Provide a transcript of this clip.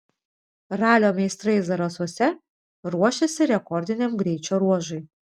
ralio meistrai zarasuose ruošiasi rekordiniam greičio ruožui